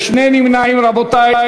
יש שני נמנעים, רבותי.